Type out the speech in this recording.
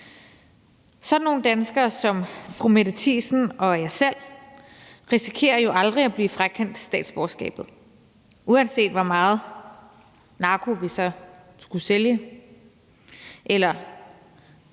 Sådan nogle danskere som fru Mette Thiesen og jeg selv risikerer jo aldrig at blive frakendt statsborgerskabet, uanset hvor meget narko vi så skulle sælge, eller